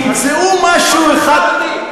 תמצאו משהו אחד,